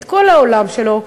את כל העולם שלו,